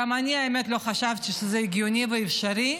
האמת, גם אני לא חשבתי שזה הגיוני ואפשרי,